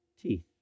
teeth